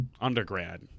undergrad